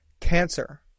cancer